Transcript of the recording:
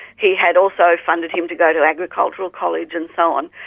he had also funded him to go to agricultural college and so on.